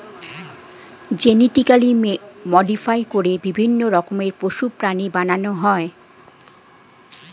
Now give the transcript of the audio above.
genetically modify করে বিভিন্ন রকমের পশু, প্রাণী বানানো হয়